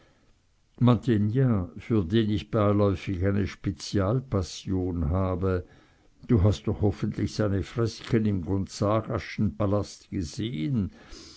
mantegna für den ich beiläufig eine spezialpassion habe du hast doch hoffentlich seine fresken im gonzagaschen palaste gesehn